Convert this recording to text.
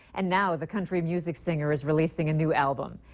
and now the country music singer is releasing a new album.